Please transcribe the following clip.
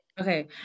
Okay